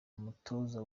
mutoza